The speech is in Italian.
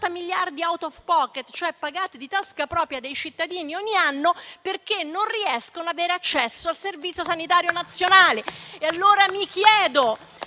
miliardi *out of pocket*, cioè pagati di tasca propria dai cittadini ogni anno perché non riescono ad avere accesso al Servizio sanitario nazionale.